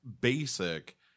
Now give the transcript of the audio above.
basic